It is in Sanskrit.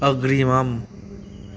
अग्रिमम्